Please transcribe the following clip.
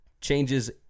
Changes